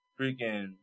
freaking